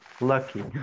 Lucky